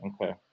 Okay